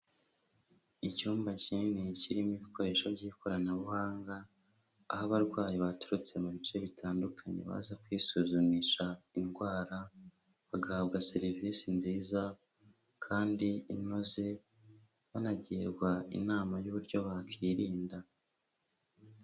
Icyumba kinini kirimo ibikoresho by'ikoranabuhanga, aho abarwayi baturutse mu bice bitandukanye, baza kwisuzumisha indwara, bagahabwa serivisi nziza kandi inoze, banagirwa inama y'uburyo bakirinda.